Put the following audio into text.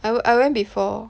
oh I went before